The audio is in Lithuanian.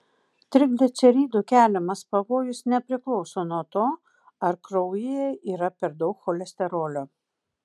trigliceridų keliamas pavojus nepriklauso nuo to ar kraujyje yra per daug cholesterolio